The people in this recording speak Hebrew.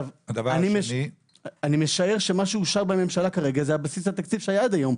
אני משער שמה שאושר בממשלה כרגע זה על בסיס התקציב שהיה עד היום,